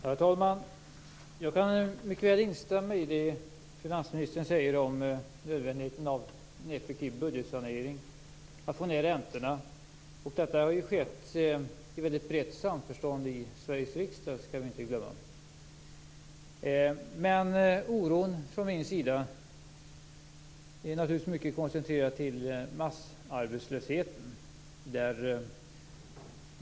Herr talman! Jag kan mycket väl instämma i det finansministern säger om nödvändigheten av en effektiv budgetsanering och att få ned räntorna. Detta har skett i mycket brett samförstånd i Sveriges riksdag. Det skall vi inte glömma. Men oron från min sida är naturligtvis mycket koncentrerad till massarbetslösheten.